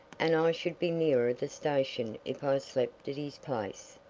and i should be nearer the station if i slept at his place.